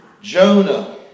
Jonah